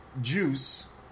juice